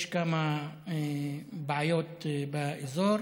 יש כמה בעיות באזור.